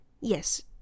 yes